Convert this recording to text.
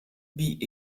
wie